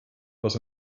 was